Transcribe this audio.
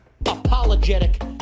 Apologetic